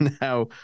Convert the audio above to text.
now